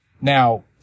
Now